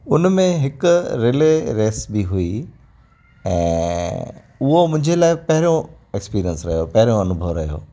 हुन में हिक रिले रेस बि हुई ऐं उहो मुंहिंजे लाइ पहिरियों एक्सपीरियंस रहियो पहिरियों अनूभव रहियो